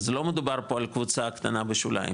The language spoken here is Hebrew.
אז לא מדובר בקבוצה קטנה בשוליים,